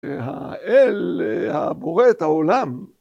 האל הבורא את העולם.